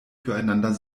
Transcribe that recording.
füreinander